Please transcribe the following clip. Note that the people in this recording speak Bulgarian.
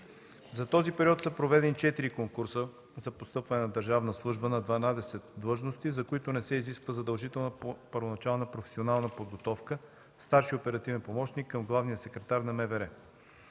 За този период са проведени четири конкурса за постъпване на държавна служба на дванадесет длъжности, за които не се изисква задължителна първоначална професионална подготовка „старши оперативен помощник” към главния секретар на МВР.